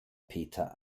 peter